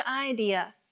idea